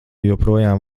joprojām